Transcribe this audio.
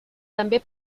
també